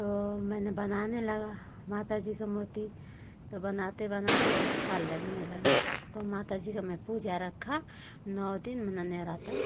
तो मैंने बनाने लगा माताजी का मूर्ति तो बनाते बनाते अच्छा लगने लगा तो माताजी का मैं पूजा रखा नौ दिन नवरातन